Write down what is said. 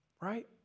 right